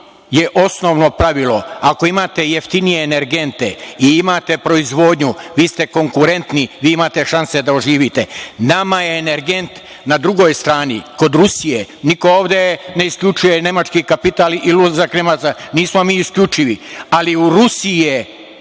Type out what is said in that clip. je osnovno pravilo - ako imate jeftinije energente i imate proizvodnju, vi ste konkurentni, vi imate šanse da oživite. Nama je energent na drugoj strani, kod Rusije. Niko ovde ne isključuje nemački kapital i ulazak Nemaca, nismo mi isključivi, ali u Rusiji